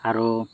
আৰু